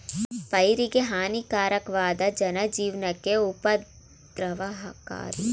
ಪೈರಿಗೆಹಾನಿಕಾರಕ್ವಾದ ಜನಜೀವ್ನಕ್ಕೆ ಉಪದ್ರವಕಾರಿಯಾದ್ಕೀಟ ನಿರ್ಮೂಲನಕ್ಕೆ ಬಳಸೋರಾಸಾಯನಿಕಗಳಾಗಯ್ತೆ